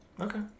Okay